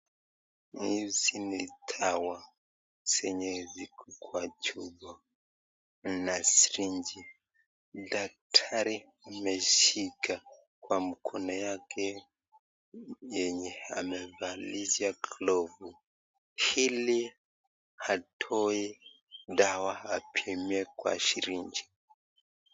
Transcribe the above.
Hizi ni dawa zenye ziko kwa chupa na sirinji daktari ameshika kwa mkono wake yenye amevalisha kalombo hili atowe dawa kwa sirinji.